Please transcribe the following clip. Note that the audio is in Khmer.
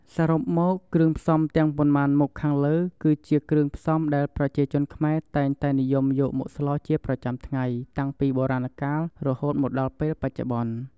សរុបមកគ្រឿងផ្សំទាំងប៉ុន្មានមុខខាងលើគឺជាគ្រឿងផ្សំដែលប្រជាជនខ្មែរតែងតែនិយមយកមកស្លជាប្រចាំថ្ងៃតាំងពីបុរាណកាលរហូតមកដល់ពេលបច្ចុប្បន្ន។